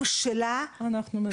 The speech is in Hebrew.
חומר ברוסית שאנשים יוכלו לקרוא.